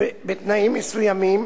בתנאים מסוימים,